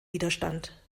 widerstand